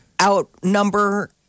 outnumber